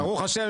ברוך השם,